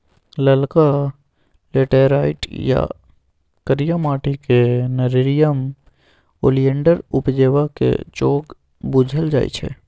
ललका लेटैराइट या करिया माटि क़ेँ नेरियम ओलिएंडर उपजेबाक जोग बुझल जाइ छै